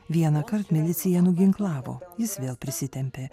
vienąkart milicija nuginklavo jis vėl prisitempė